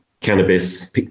cannabis